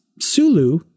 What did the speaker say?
sulu